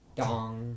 dong